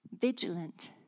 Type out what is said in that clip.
vigilant